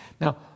Now